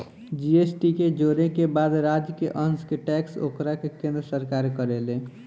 GST के जोड़े के बाद राज्य के अंस के टैक्स ओकरा के केन्द्र सरकार करेले